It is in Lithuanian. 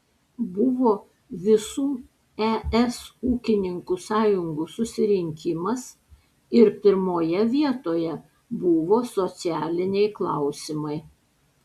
buvo visų es ūkininkų sąjungų susirinkimas ir pirmoje vietoje buvo socialiniai klausimai